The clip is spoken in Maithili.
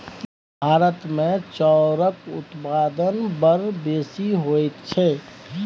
भारतमे चाउरक उत्पादन बड़ बेसी होइत छै